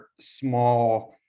small